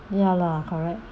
ya lah correct